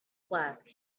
flask